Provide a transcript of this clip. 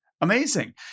Amazing